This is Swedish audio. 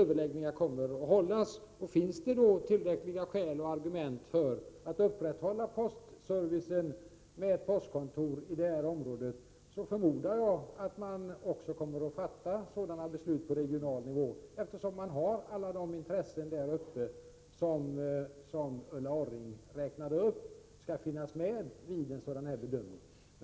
Överläggningar kommer att hållas, och finns det tillräckliga skäl och argument för att upprätthålla postservicen med postkontor i detta område, förmodar jag att man också fattar beslut i den riktningen på regional nivå, eftersom alla de intressen som Ulla Orring räknade upp är representerade vid en sådan här bedömning.